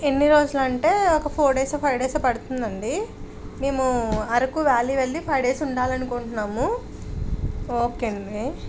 ఎన్ని రోజులు అంటే ఒక ఫోర్ డేస్ ఫైవ్ డేస్ పడుతుందండి మేము అరకు వ్యాలీ వెళ్లి ఫైవ్ డేస్ ఉండాలనుకుంటున్నాము ఓకే అండి